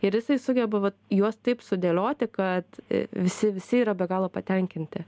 ir jisai sugeba va juos taip sudėlioti kad visi visi yra be galo patenkinti